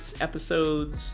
episodes